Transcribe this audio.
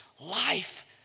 life